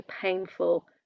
painful